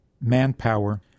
manpower